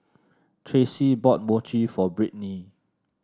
Tracee bought Mochi for Brittni